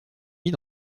mit